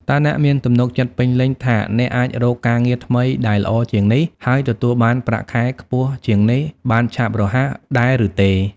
តើអ្នកមានទំនុកចិត្តពេញលេញថាអ្នកអាចរកការងារថ្មីដែលល្អជាងនេះ ហើយទទួលបានប្រាក់ខែខ្ពស់ជាងនេះ បានឆាប់រហ័ស ដែរឬទេ?